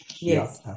Yes